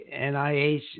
NIH